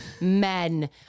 men